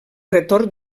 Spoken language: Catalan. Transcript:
retorn